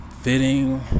fitting